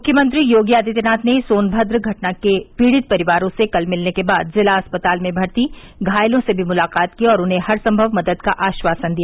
मुख्यमंत्री योगी आदित्यनाथ ने सोनभद्र घटना के पीड़ित परिवारों से कल मिलने के बाद जिला अस्पताल में भर्ती घायलों से भी मुलाकात की और उन्हें हर संभव मदद का आश्वासन दिया